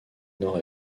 nord